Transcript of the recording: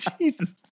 Jesus